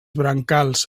brancals